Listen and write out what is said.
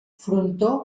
frontó